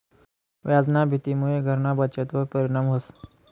व्याजना भीतीमुये घरना बचतवर परिणाम व्हस